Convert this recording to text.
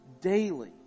Daily